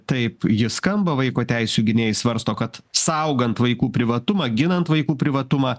taip ji skamba vaiko teisių gynėjai svarsto kad saugant vaikų privatumą ginant vaikų privatumą